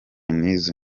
n’izo